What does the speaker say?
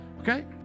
okay